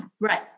Right